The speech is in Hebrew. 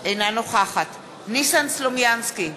אינה נוכחת ניסן סלומינסקי,